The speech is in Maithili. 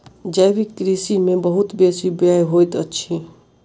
जैविक कृषि में बहुत बेसी व्यय होइत अछि